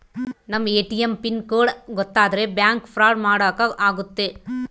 ನಮ್ ATM pin code ಗೊತ್ತಾದ್ರೆ bank fraud ಮಾಡಾಕ ಆಗುತ್ತೆ